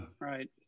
Right